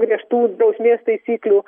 griežtų drausmės taisyklių